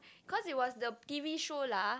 cause it was the t_v show lah